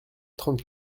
trente